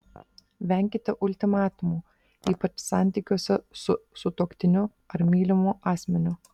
venkite ultimatumų ypač santykiuose su sutuoktiniu ar mylimu asmeniu